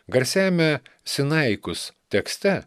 garsiajame sinaikus tekste